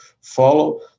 follow